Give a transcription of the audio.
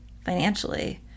financially